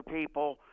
people